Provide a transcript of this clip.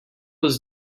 was